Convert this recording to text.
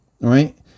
right